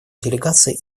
делегация